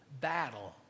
battle